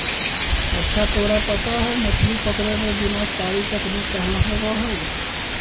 अच्छा तोरा पता है मछ्ली पकड़े में विनाशकारी तकनीक का होबा हई?